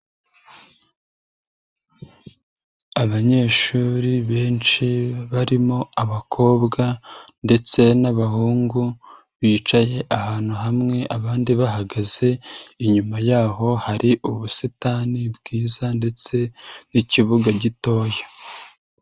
Abanyeshuri benshi barimo abakobwa ndetse n'abahungu bicaye ahantu hamwe abandi bahagaze, inyuma yaho hari ubusitani bwiza ndetse n'ikibuga gitoya.